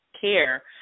care